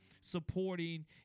supporting